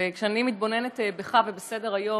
וכשאני מתבוננת בך ובסדר-היום,